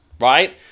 right